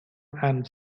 and